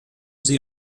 sie